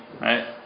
Right